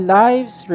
lives